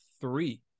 three